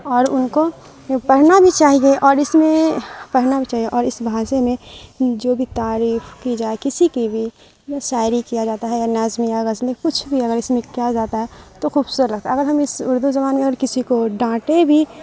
اور ان کو پڑھنا بھی چاہیے اور اس میں پڑھنا بھی چاہیے اور اس بھاسے میں جو بھی تعریف کی جائے کسی کی بھی یا ساعری کیا جاتا ہے یا نظم یا غزلیں کچھ بھی اگر اس میں کیا جاتا ہے تو خوبصورت لگتا ہے اگر ہم اس اردو زبان میں اور کسی کو ڈانٹے بھی